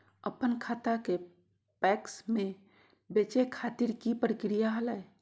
अपन धान के पैक्स मैं बेचे खातिर की प्रक्रिया हय?